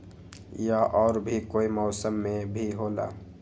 या और भी कोई मौसम मे भी होला?